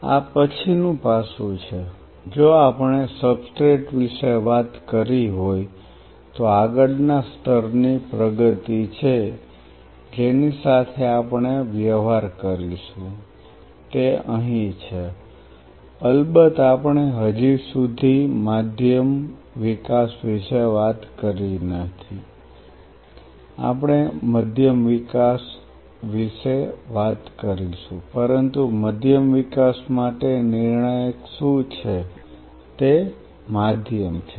આ પછીનું પાસું છે જો આપણે સબસ્ટ્રેટ વિશે વાત કરી હોય તો આગળના સ્તરની પ્રગતિ છે જેની સાથે આપણે વ્યવહાર કરીશું તે અહીં છે અલબત્ત આપણે હજી સુધી મધ્યમ વિકાસ વિશે વાત કરી નથી આપણે મધ્યમ વિકાસ વિશે વાત કરીશુ પરંતુ મધ્યમ વિકાસ માટે નિર્ણાયક શું છે તે માધ્યમ છે